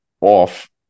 off